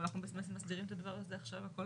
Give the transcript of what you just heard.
אבל אנחנו מסדירים את הדבר הזה עכשיו הכל